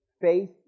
Faith